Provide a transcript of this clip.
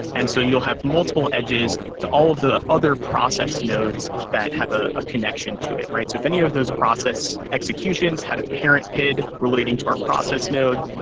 and so you'll have multiple edges to all of the other process nodes that have ah a connection to it. if any of those process executions had a parent pid relating to our process node,